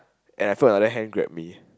and I felt the other hand grab me